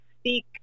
speak